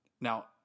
now